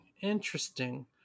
Interesting